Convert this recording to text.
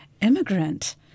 immigrant